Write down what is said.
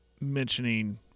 mentioning